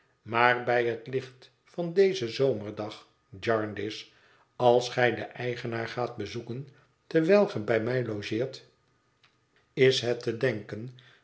maar bij het licht van dezen zomerdag jarndyce als gij den eigenaar gaat bezoeken terwijl ge bij mij logeert is het te denken